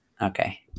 okay